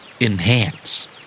Enhance